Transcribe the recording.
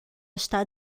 está